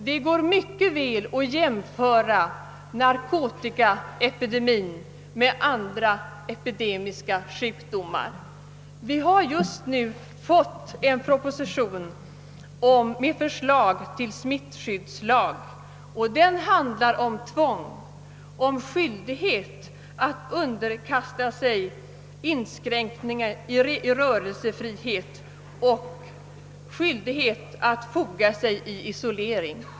Det går mycket väl att jämföra narkotikaepidemin med andra epidemier. Vi har just fått en proposition med förslag till smittskyddslag, och den handlar om tvång, om skyldighet att underkasta sig inskränkningar i rörelsefriheten ock skyldighet att foga sig i isolering.